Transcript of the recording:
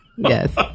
Yes